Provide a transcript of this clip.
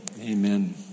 Amen